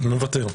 מוותר.